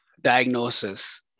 diagnosis